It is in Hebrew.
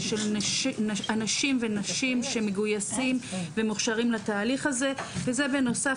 אנשים ונשים שמגויסים ומוכשרים לתהליך הזה וזה בנוסף,